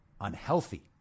unhealthy